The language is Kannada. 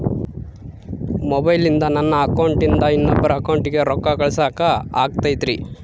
ಮೊಬೈಲಿಂದ ನನ್ನ ಅಕೌಂಟಿಂದ ಇನ್ನೊಬ್ಬರ ಅಕೌಂಟಿಗೆ ರೊಕ್ಕ ಕಳಸಾಕ ಆಗ್ತೈತ್ರಿ?